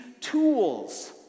tools